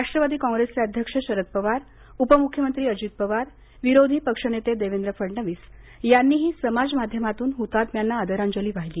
राष्ट्रवादी काँग्रेसचे अध्यक्ष शरद पवार उपमुख्यमंत्री अजित पवार विरोधी पक्षनेते देवेंद्र फडणवीस यांनीही समाजमाध्यमातून हुतात्म्यांना आदरांजली वाहिली